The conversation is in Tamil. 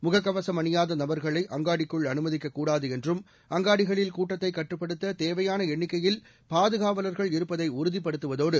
முகக்கவசம் அணியாத நபர்களை அங்காடிக்குள் அனுமதிக்கக்கூடாது என்றும் அங்காடிகளில் கூட்டத்தை கட்டுப்படுத்த தேவையாள எண்ணிக்கையில் பாதுகாவலர்கள் இருப்பதை உறுதிப்படுத்துவதோடு